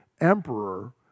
emperor